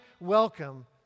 welcome